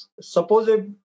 Suppose